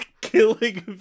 killing